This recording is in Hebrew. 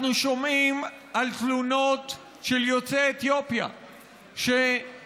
אנחנו שומעים על תלונות של יוצאי אתיופיה שנסגרות